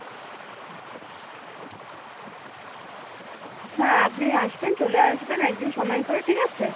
হ্যাঁ আপনি আসবেন চলে আসবেন এক দিন সমায় করে ঠিক আছে